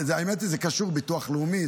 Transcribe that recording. האמת היא שזה קשור לביטוח לאומי,